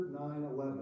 9-11